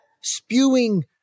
spewing